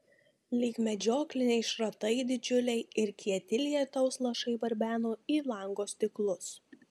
lyg medžiokliniai šratai didžiuliai ir kieti lietaus lašai barbeno į lango stiklus